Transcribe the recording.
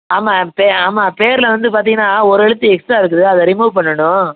ஆமாம் எம் பே ஆமாம் பேயருல வந்து பார்த்தீங்கன்னா ஒரு எழுத்து எக்ஸ்ட்டா இருக்குது அதை ரிமூவ் பண்ணணும்